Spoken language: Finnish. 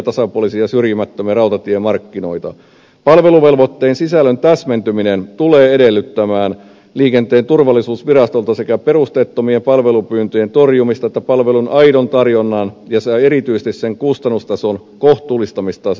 palveluvelvoitteen sisällön täsmentyminen tulee edellyttämään liikenteen turvallisuusvirastolta sekä perusteettomien palvelupyyntöjen torjumista että palvelun aidon tarjonnan ja erityisesti sen kustannustason kohtuullisuuden varmistamista